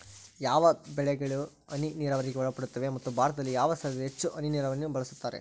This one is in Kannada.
ಯಾವ ಬೆಳೆಗಳು ಹನಿ ನೇರಾವರಿಗೆ ಒಳಪಡುತ್ತವೆ ಮತ್ತು ಭಾರತದಲ್ಲಿ ಯಾವ ಸ್ಥಳದಲ್ಲಿ ಹೆಚ್ಚು ಹನಿ ನೇರಾವರಿಯನ್ನು ಬಳಸುತ್ತಾರೆ?